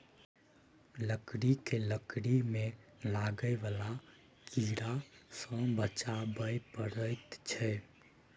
लकड़ी केँ लकड़ी मे लागय बला कीड़ा सँ बचाबय परैत छै